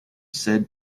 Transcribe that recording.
said